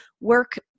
work